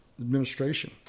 administration